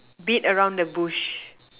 beat around the bush